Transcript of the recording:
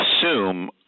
assume